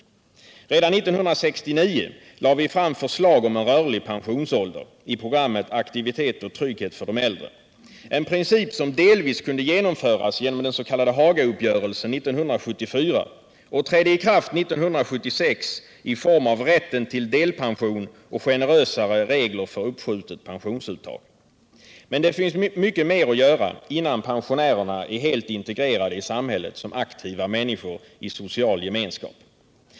År 1969 lade vi fram förslag om en rörlig pensionsålder i programmet Aktivitet och trygghet för de äldre, en princip som delvis kunde genomföras genom den s.k. Hagauppgörelsen 1974 och som trädde i kraft 1976 i form av rätten till delpension och generösare regler för uppskjutet pensionsuttag. Men det finns mycket mer att göra innan pensionärerna är helt integrerade i samhället som aktiva människor i social gemenskap.